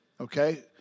okay